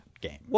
game